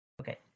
Okay